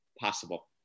possible